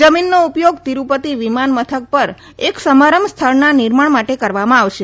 જમીનનો ઉપયોગ તિરૂપતિ વિમાન મથક પર એક સમારંભ સ્થળના નિર્માણ માટે કરવામાં આવશે